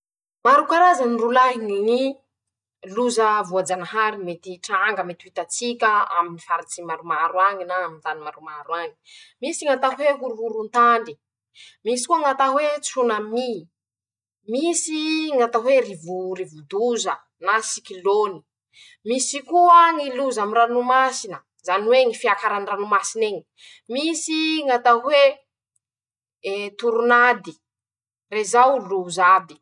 Maro karazany rolahy ñy loza voajañahary mety hitranga mety ho hitatiska aminy faritsy maromaro añy na aminy tany maromaro añy: -Misy ñ'atao hoe horohoron-tany, misy koa ñ'atao hoe tsonamy, misy ñ'atao hoe rivo rivo-doza na sikilôny, misy koa ñy loza aminy ranomasina, zany hoe ñy fiakaran-dranomasin'eñy, misy ñ'atao hoe, ee toron'ady rezao loza aby.